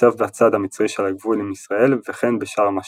הוצב בצד המצרי של הגבול עם ישראל וכן בשארם א-שייח.